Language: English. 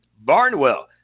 Barnwell